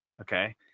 Okay